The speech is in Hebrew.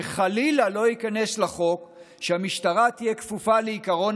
שחלילה לא ייכנס לחוק שהמשטרה תהיה כפופה לעקרון